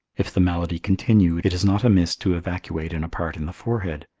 if the malady continue, it is not amiss to evacuate in a part in the forehead,